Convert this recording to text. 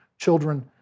children